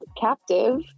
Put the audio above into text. captive